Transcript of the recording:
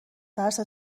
ترس